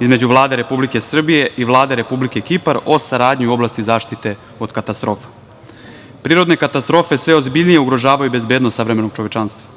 između Vlade Republike Srbije i Vlade Republike Kipar o saradnji u oblasti zaštite od katastrofa. Prirodne katastrofe sve ozbiljnije ugrožavaju bezbednost savremenog čovečanstva.